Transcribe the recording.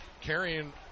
carrying –